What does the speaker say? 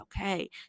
okay